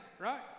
right